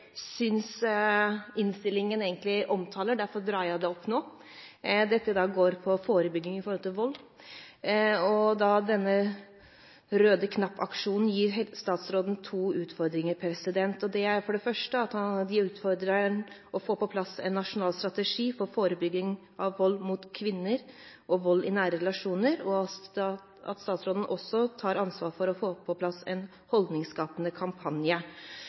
synes innstillingen omtaler. Derfor drar jeg det opp nå. Det går på forebygging av vold, og at denne kampanjen gir statsråden to utfordringer. De utfordrer ham for det første til å få på plass en nasjonal strategi for forebygging av vold mot kvinner og vold i nære relasjoner, og at statsråden også tar ansvar for å få på plass en holdningsskapende kampanje.